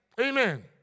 Amen